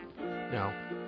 Now